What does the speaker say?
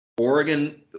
Oregon